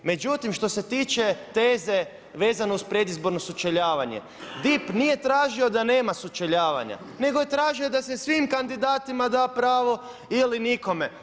Međutim, što se tiče teze vezano uz predizborno sučeljavanje, DIP nije tražio da nema sučeljavanja, nego je tražio da se svim kandidatima da pravo ili nikome.